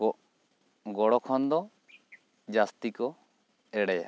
ᱜᱚᱲᱚ ᱠᱷᱚᱱ ᱫᱚ ᱡᱟᱹᱥᱛᱤ ᱠᱚ ᱮᱲᱮᱭᱟ